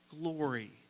glory